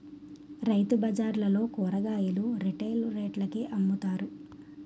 రైతుబజార్లలో కూరగాయలు రిటైల్ రేట్లకే అమ్ముతారు